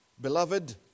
Beloved